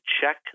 check